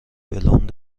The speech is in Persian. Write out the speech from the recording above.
بلوند